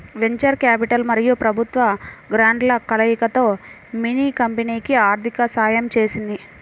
venture capital మరియు ప్రభుత్వ గ్రాంట్ల కలయికతో మిన్నీ కంపెనీకి ఆర్థిక సహాయం చేసింది